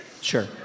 Sure